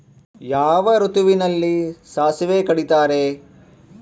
ಯಾವ ಋತುವಿನಲ್ಲಿ ಸಾಸಿವೆ ಕಡಿತಾರೆ?